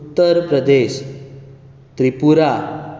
Uttar Pradesh Tripura